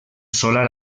solar